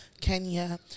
Kenya